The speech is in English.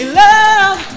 love